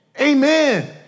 Amen